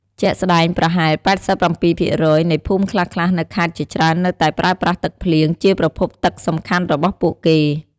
ជាក់ស្តែង ប្រហែល ៨៧% នៃភូមិខ្លះៗនៅខេត្តជាច្រើននៅតែប្រើប្រាស់ទឹកភ្លៀង ជាប្រភពទឹកសំខាន់របស់ពួកគេ។